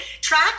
track